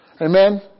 Amen